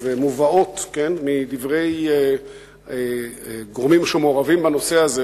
מובאות מדברי גורמים שמעורבים בנושא הזה,